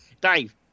Dave